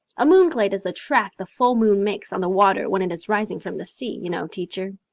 a moonglade is the track the full moon makes on the water when it is rising from the sea, you know, teacher.